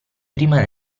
prima